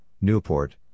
Newport